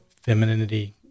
femininity